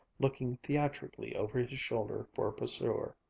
looking theatrically over his shoulder for a pursuer.